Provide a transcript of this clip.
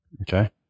Okay